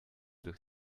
durch